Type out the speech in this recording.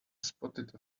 spotted